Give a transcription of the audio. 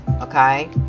Okay